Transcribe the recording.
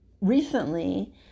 recently